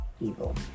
evil